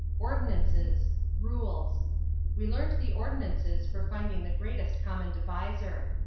ordinances rules we learned the ordinances for finding the greatest common divisor.